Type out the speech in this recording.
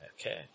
okay